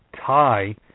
tie